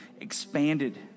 expanded